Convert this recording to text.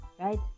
Right